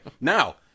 now